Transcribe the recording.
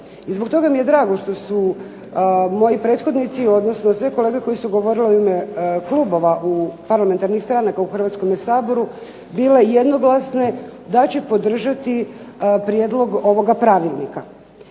I zbog toga mi je drago što su moji prethodnici, odnosno sve kolege koje su govorile u ime klubova parlamentarnih stranaka u Hrvatskome sabor bile jednoglasne da će podržati prijedlog ovoga pravilnika.